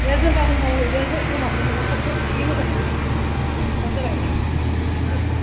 दे जों गाबोन मावहैगोन दरमाखौल' नोङो थाब थाब एसे मोजाङै होबानो जाबाय फैसा